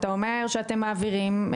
אתה אומר שאתם מעבירים.